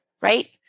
right